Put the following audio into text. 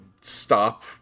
stop